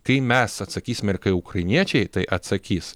kai mes atsakysime ir kai ukrainiečiai tai atsakys